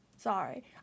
Sorry